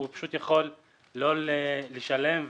פשוט יכול לא לשלם,